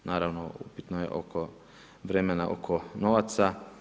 Naravno upitno je oko vremena, oko novaca.